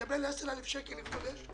יקבל 10,000 שקל כדי להתמודד בתקופה